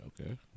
Okay